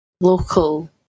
local